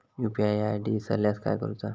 UPI ID इसरल्यास काय करुचा?